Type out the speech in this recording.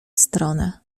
stronę